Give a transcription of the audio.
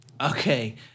okay